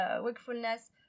wakefulness